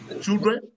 children